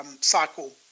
cycle